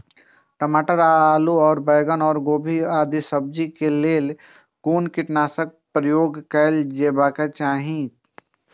टमाटर और आलू और बैंगन और गोभी आदि सब्जी केय लेल कुन कीटनाशक प्रयोग कैल जेबाक चाहि आ कोना?